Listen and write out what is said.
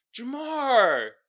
Jamar